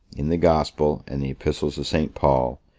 in the gospel, and the epistles of st. paul,